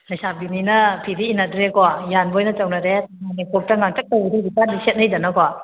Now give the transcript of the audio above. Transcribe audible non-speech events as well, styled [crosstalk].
ꯂꯩꯁꯥꯕꯤꯅꯤꯅ ꯐꯤꯗꯤ ꯏꯟꯅꯗ꯭ꯔꯦꯀꯣ ꯌꯥꯟꯕ ꯑꯣꯏꯅ ꯇꯧꯅꯔꯦ [unintelligible] ꯉꯥꯡꯇꯛ ꯇꯧꯕꯗꯨ ꯍꯧꯖꯤꯛꯀꯥꯟꯗꯤ ꯁꯦꯠꯅꯩꯗꯅꯀꯣ